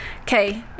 Okay